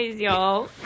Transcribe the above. y'all